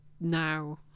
now